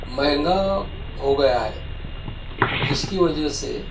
مہنگا ہو گیا ہے جس کی وجہ سے